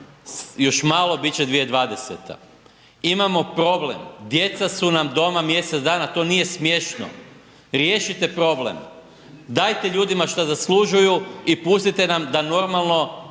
još malo bit će 2020. imamo problem, djeca su nam doma mjesec dana, to nije smješno, riješite problem. Dajte ljudima što zaslužuju i pustite nam da normalno